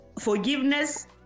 forgiveness